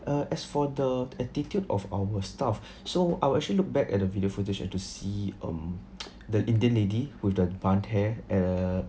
err as for the attitude of our staff so I will actually look back at the video footage and to see the indian lady with the bun hair and uh